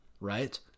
Right